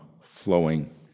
flowing